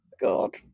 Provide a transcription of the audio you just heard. God